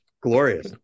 Glorious